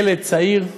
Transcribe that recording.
ילד צעיר,